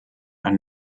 are